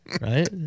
right